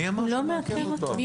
מי אמר שהוא מעכב אותו?